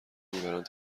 میبرند